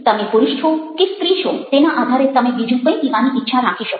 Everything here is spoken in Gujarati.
તમે પુરૂષ છો કે સ્ત્રી છો તેના આધારે તમે બીજું કંઈ પીવાની ઇચ્છા રાખી શકો